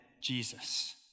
Jesus